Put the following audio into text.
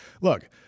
look